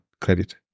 credit